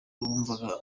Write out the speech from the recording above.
bumvaga